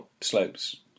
slopes